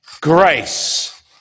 grace